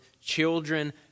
children